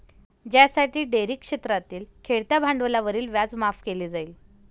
ज्यासाठी डेअरी क्षेत्रातील खेळत्या भांडवलावरील व्याज माफ केले जाईल